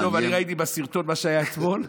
אני ראיתי בסרטון מה שהיה אתמול,